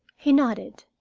he nodded.